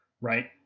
right